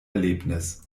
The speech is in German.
erlebnis